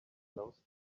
closed